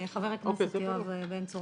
חבר הכנסת יואב בן צור,